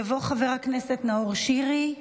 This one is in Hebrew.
יעלה ויבוא חבר הכנסת נאור שירי,